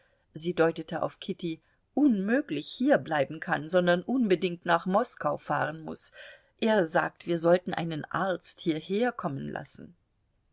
sie deutete auf kitty unmöglich hier bleiben kann sondern unbedingt nach moskau fahren muß er sagt wir sollten einen arzt hierherkommen lassen